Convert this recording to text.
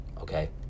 okay